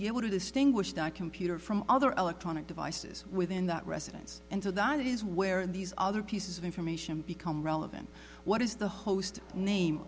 be able to distinguish dot computer from other electronic devices within that residence and so that is where these other pieces of information become relevant what is the host name